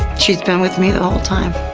she's been with me the whole time.